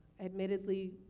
admittedly